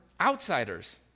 outsiders